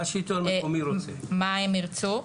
מה הם ירצו.